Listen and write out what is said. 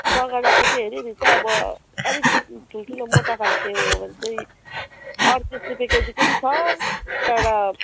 बगडाको चाहिँ हेरि हेरि छ अब अलिक ठुल्ठुलो मोटा खालको हो भने चाहिँ अठतिस रुपियाँ केजीको नि छ तर